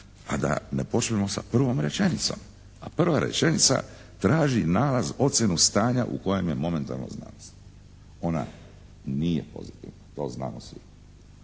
a da ne počnemo sa provom rečenicom, a prva rečenica traži nalaz ocjenu stanja u kojem je momentalno znanost. Ona nije pozitivna to znamo svi